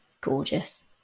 gorgeous